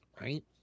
right